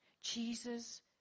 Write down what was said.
Jesus